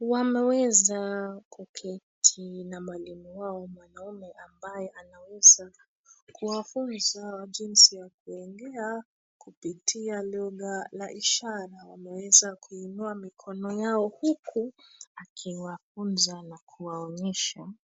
Wameweza kuketi na mwalimu wao mwanaume ambaye anaweza kuwafunza jinsi ya kuongea kupitia lugha la ishara. Wameweza kuinua mikono yao huku akiwafunza na kuwaonyesha.